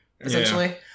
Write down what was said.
essentially